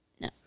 No